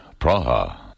Praha